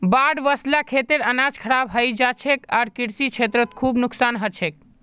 बाढ़ वस ल खेतेर अनाज खराब हई जा छेक आर कृषि क्षेत्रत खूब नुकसान ह छेक